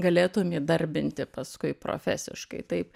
galėtum įdarbinti paskui profesiškai taip